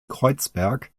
kreuzberg